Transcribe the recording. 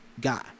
guy